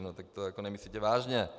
No to jako nemyslíte vážně?